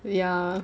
ya